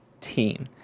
team